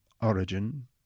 origin